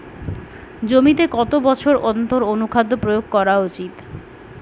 জমিতে কত বছর অন্তর অনুখাদ্য প্রয়োগ করা উচিৎ?